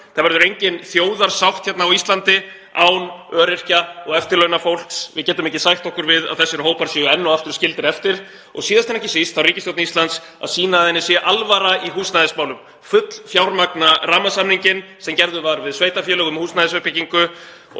Það verður engin þjóðarsátt hérna á Íslandi án öryrkja og eftirlaunafólks. Við getum ekki sætt okkur við að þessir hópar séu enn og aftur skildir eftir. Síðast en ekki síst þarf ríkisstjórn Íslands að sýna að henni sé alvara í húsnæðismálum, fullfjármagna rammasamninginn sem gerður var við sveitarfélög um húsnæðisuppbyggingu